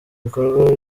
bikorwa